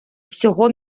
всього